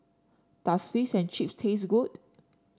does Fish and Chips taste good